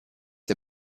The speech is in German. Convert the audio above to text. der